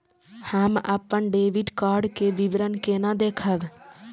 हम अपन debit card के विवरण केना देखब?